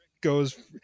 goes